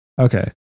Okay